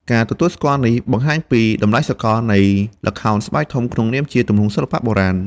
ការទទួលស្គាល់នេះបង្ហាញពី តម្លៃសកល នៃល្ខោនស្បែកធំក្នុងនាមជាទម្រង់សិល្បៈបុរាណ។